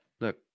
Look